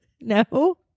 No